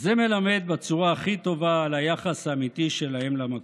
זה מלמד בצורה הכי טובה על היחס האמיתי שלהם למקום.